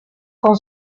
con